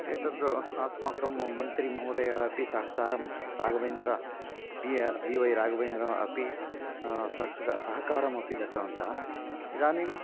एतद् अस्माकं मन्त्रीमहोदयः अपि सहकारं राघवेन्द्रः बि ए बिवै राघवेन्द्रः अपि सः सहकारमपि दत्तवन्तः इदानीम्